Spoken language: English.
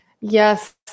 Yes